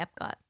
Epcot